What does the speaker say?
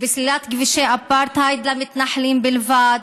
בסלילת כבישי אפרטהייד למתנחלים בלבד.